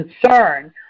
concern